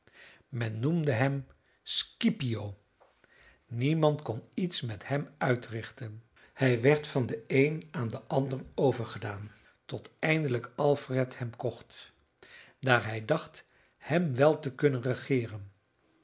men noemde hem scipio niemand kon iets met hem uitrichten hij werd van den een aan den ander overgedaan tot eindelijk alfred hem kocht daar hij dacht hem wel te kunnen regeeren